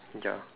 ya